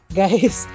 guys